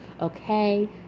Okay